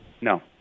No